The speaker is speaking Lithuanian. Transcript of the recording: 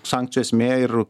sankcijų esmė ir